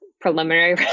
preliminary